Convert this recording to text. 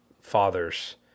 fathers